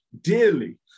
dearly